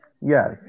Yes